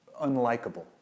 unlikable